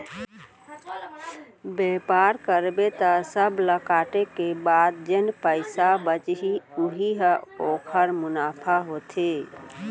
बेपार करबे त सब ल काटे के बाद जेन पइसा बचही उही ह ओखर मुनाफा होथे